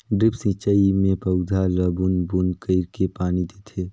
drip सिंचई मे पउधा ल बूंद बूंद कईर के पानी देथे